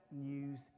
news